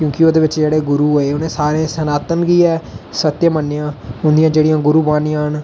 क्योंकि ओहदे बिच जेहड़े गुरु आए उ'नें सारें सनातन गी गै सत्य मन्नेआ उंदियां जेहडियां गुरुबानी ना